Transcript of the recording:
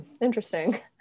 Interesting